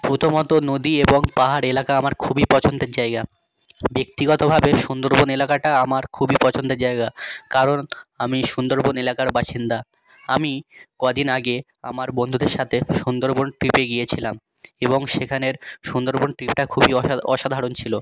প্রথমত নদী এবং পাহাড় এলাকা আমার খুবই পছন্দের জায়গা ব্যক্তিগতভাবে সুন্দরবন এলাকাটা আমার খুবই পছন্দের জায়গা কারণ আমি সুন্দরবন এলাকার বাসিন্দা আমি কদিন আগে আমার বন্ধুদের সাথে সুন্দরবন ট্রিপে গিয়েছিলাম এবং সেখানের সুন্দরবন ট্রিপটা খুবই অসাধারণ ছিলো